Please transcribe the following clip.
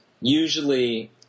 usually